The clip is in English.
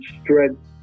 strength